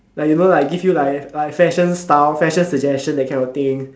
like you know like I give you like like fashion style fashion suggestion that kind of thing